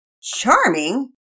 Charming